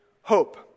hope